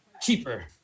cheaper